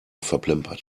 verplempert